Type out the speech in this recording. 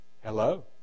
Hello